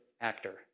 actor